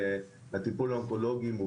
טיפול אונקולוגי.